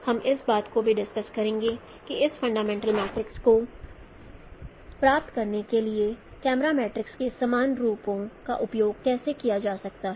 हम इस बात को भी डिस्कस करेंगे कि इस फंडामेंटल मैट्रिक्स को प्राप्त करने के लिए कैमरा मेट्रिसेस के सामान्य रूपों का उपयोग कैसे किया जा सकता है